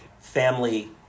family